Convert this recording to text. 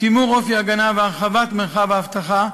שימור אופי ההגנה והרחבת מרחב האבטחה,